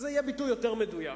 יהיה ביטוי יותר מדויק.